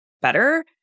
better